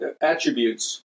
attributes